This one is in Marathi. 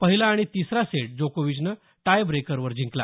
पहिला आणि तिसरा सेट जोकोविचनं टायब्रेकरवर जिंकला